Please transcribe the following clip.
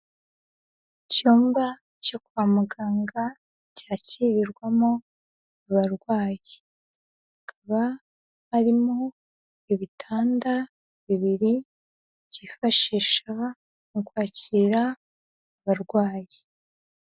Icyumba cyo kwa muganga cyakirirwamo abarwayi, hakaba harimo ibitanda bibiri cyifashisha mu kwakira abarwayi.